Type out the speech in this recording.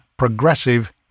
progressive